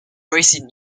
recent